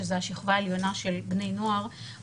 שזאת השכבה העליונה של בני נוער,